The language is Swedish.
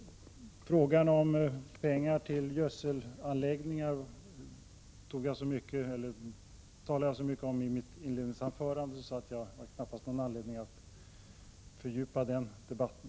Frågan om pengar till gödselanläggningar talade jag mycket om i mitt inledningsanförande, så jag har knappast någon anledning att fördjupa den debatten.